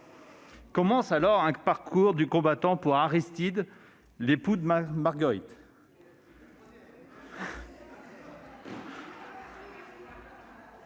Commence alors un parcours du combattant pour Aristide, l'époux de Marguerite.